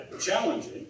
challenging